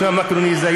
שמה מיקרונזיה,